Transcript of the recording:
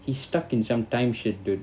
he's stuck in some time shift dude